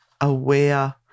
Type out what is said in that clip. aware